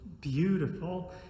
beautiful